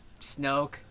Snoke